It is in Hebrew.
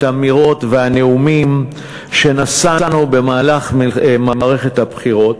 האמירות והנאומים שנשאנו במהלך מערכת הבחירות